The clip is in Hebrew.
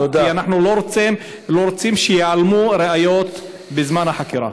כי אנחנו לא רוצים שייעלמו ראיות בזמן החקירה.